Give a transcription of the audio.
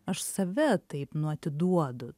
aš save taip nu atiduodu